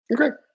Okay